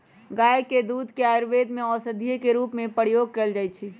गाय के दूध के आयुर्वेद में औषधि के रूप में प्रयोग कएल जाइ छइ